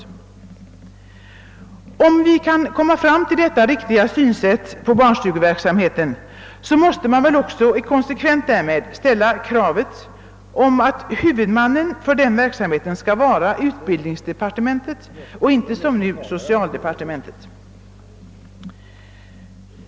Om vi kan komma fram till detta riktiga synsätt på barnstugeverksamheten måste man också i konsekvens därmed ställa kravet att huvudmannen för denna verksamhet skall vara utbildningsdepartementet och inte som nu socialdepartementet.